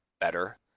better